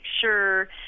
sure